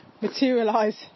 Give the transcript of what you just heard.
materialise